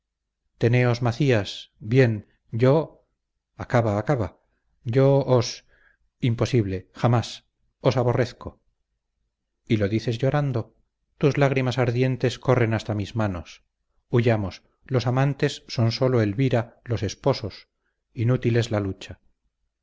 teneos macías bien yo acaba acaba yo os imposible jamás os aborrezco y lo dices llorando tus lágrimas ardientes corren hasta mis manos huyamos los amantes son sólo elvira los esposos inútil es la lucha